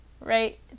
right